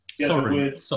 Sorry